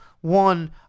one